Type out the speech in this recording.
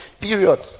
Period